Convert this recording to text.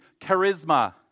charisma